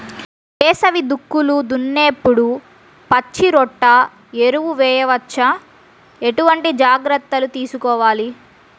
వేసవి దుక్కులు దున్నేప్పుడు పచ్చిరొట్ట ఎరువు వేయవచ్చా? ఎటువంటి జాగ్రత్తలు తీసుకోవాలి?